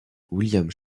william